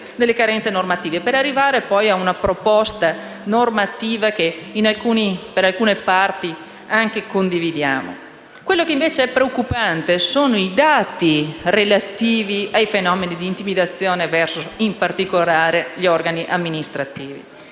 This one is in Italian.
per arrivare a una proposta normativa che, per alcune parti, condividiamo. Sono preoccupanti i dati relativi ai fenomeni di intimidazione verso, in particolare, gli organi amministrativi.